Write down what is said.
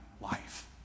life